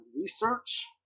Research